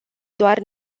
doar